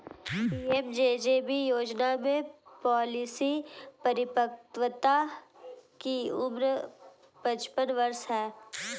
PMJJB योजना में policy परिपक्वता की उम्र पचपन वर्ष है